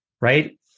right